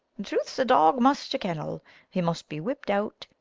truth's a dog must to kennel he must be whipp'd out,